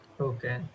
Okay